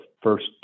first